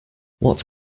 what